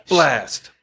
Blast